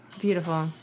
Beautiful